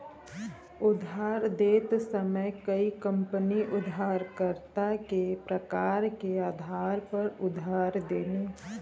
उधार देत समय कई कंपनी उधारकर्ता के प्रकार के आधार पर उधार देनी